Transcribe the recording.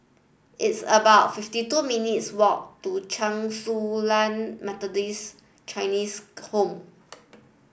it's about fifty two minutes' walk to Chen Su Lan Methodist Chinese Home